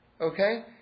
Okay